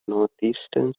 northeastern